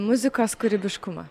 muzikos kūrybiškumą